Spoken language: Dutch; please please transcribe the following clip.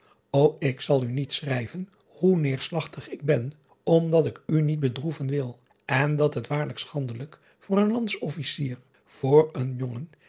ô ik zal u niet schrijven hoe neerslagtig ik ben omdat ik u niet bedroeven wil en dat het waarlijk schandelijk voor een ands officier voor een jongen